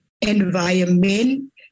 environment